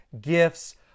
gifts